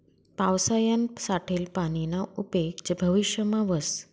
पावसायानं साठेल पानीना उपेग भविष्यमा व्हस